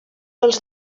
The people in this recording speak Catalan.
els